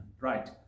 right